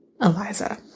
Eliza